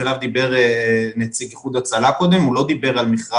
שעליו דיבר נציג "איחוד הצלה" קודם המכרז